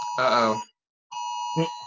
uh-oh